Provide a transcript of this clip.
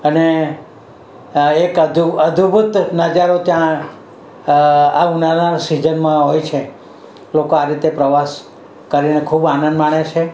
અને એક અધ અદભૂત નજારો ત્યાં આ ઉનાળાના સિઝનમાં હોય છે લોકો આ રીતે પ્રવાસ કરીને ખૂબ આનંદ માણે છે